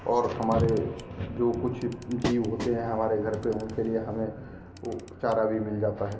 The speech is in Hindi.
और हमारे जो कुछ जीव होते हैं हमारे घर पर उनके लिए हमें वह चारा भी मिल जाता है